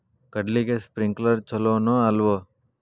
ಕಡ್ಲಿಗೆ ಸ್ಪ್ರಿಂಕ್ಲರ್ ಛಲೋನೋ ಅಲ್ವೋ?